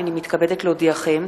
הנני מתכבדת להודיעכם,